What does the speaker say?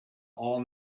all